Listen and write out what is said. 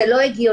זה לא הגיוני,